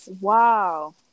Wow